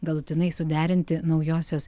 galutinai suderinti naujosios